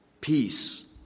peace